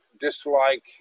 dislike